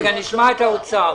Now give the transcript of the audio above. נשמע את האוצר.